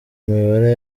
imibare